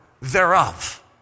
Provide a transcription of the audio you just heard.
thereof